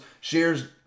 Shares